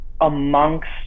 amongst